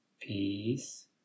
peace